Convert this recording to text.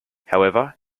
however